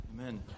Amen